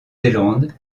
zélande